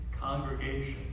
congregation